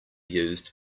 used